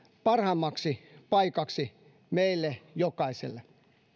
parhaimmaksi paikaksi meille jokaiselle